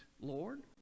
Lord